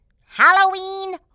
Halloween